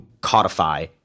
codify